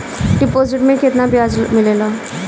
Deposit मे केतना बयाज मिलेला?